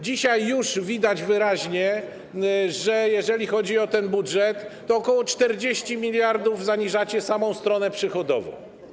Dzisiaj już widać wyraźnie, że jeżeli chodzi o ten budżet, to ok. o 40 mld zaniżacie samą stronę przychodową.